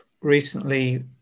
recently